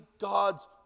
God's